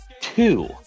two